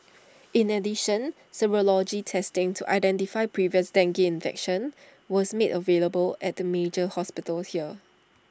in addition serology testing to identify previous dengue infection was made available at the major hospitals here